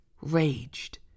raged